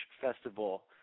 Festival